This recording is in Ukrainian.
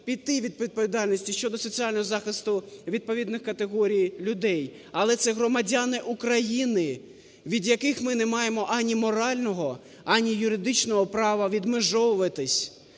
піти від відповідальності щодо соціального захисту відповідних категорій людей. Але це громадяни України, від яких ми не маємо ані морального, ані юридичного права відмежовуватись.